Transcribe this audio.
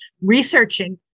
researching